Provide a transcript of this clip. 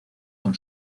con